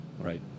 right